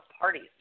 parties